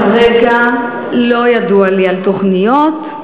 כרגע לא ידוע לי על תוכניות.